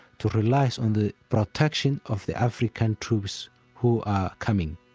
to rely on the protection of the african troops who are coming.